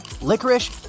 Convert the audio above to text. licorice